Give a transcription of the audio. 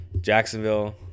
Jacksonville